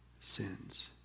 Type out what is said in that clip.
sins